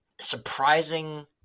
surprising